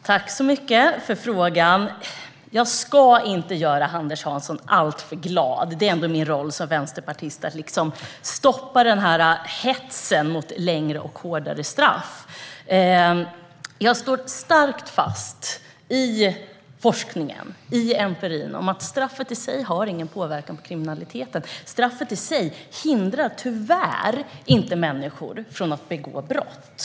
Herr talman! Jag ska inte göra Anders Hansson alltför glad - det är ändå min roll som vänsterpartist att stoppa hetsandet mot längre och hårdare straff. Jag lutar mig tryggt mot forskningen och empirin, som säger att straffet i sig inte har någon påverkan på kriminaliteten. Straffet i sig hindrar tyvärr inte människor från att begå brott.